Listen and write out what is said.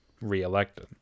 reelected